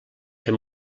fer